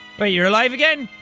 but you're alive again?